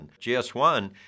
GS1